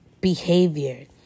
Behavior